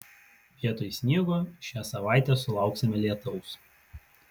vietoj sniego šią savaitę sulauksime lietaus